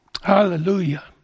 Hallelujah